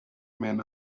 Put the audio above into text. men